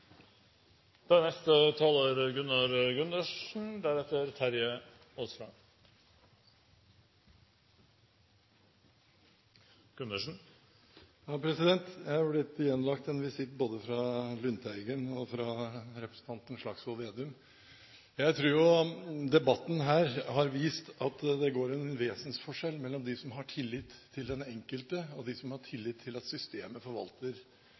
Jeg har blitt avlagt en visitt fra både representanten Lundteigen og representanten Slagsvold Vedum. Jeg tror at debatten her har vist at det er en vesensforskjell mellom de som har tillit til den enkelte, og de som har tillit til at systemet forvalter